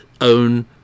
own